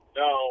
no